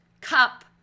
cup